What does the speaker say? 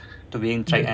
to be in track kan